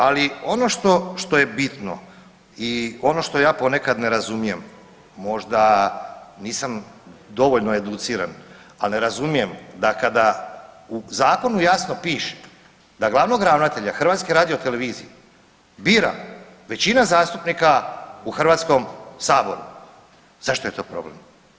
Ali ono što je bitno i ono što ja ponekad ne razumijem, možda nisam dovoljno educiran, ali ne razumijem da kada u zakonu jasno piše da glavnog ravnatelja Hrvatske radiotelevizije bira većina zastupnika u Hrvatskom saboru zašto je to problem.